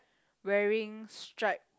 wearing stripe